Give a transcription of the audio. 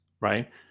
right